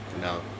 No